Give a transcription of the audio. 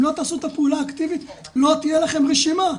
אם לא תעשו את הפעולה האקטיבית לא תהיה לכם רשימה.